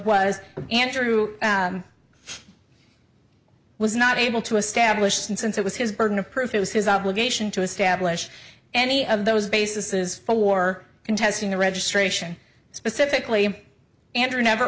was andrew was not able to establish since it was his burden of proof it was his obligation to establish any of those bases for contesting the registration specifically andrew never